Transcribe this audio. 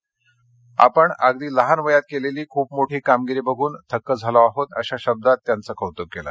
तुम्ही अगदी लहान वयात केलेली खूप मोठी कामगिरी बघून थक्क झालो आहे अशा शब्दात त्यांचं कौतुक केलं